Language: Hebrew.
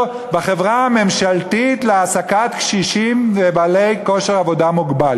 בחברה הממשלתית להעסקת קשישים ובעלי כושר עבודה מוגבל?